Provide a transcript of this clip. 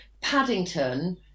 Paddington